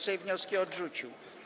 Sejm wnioski odrzucił.